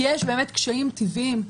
לפעמים יש קשיים טבעיים: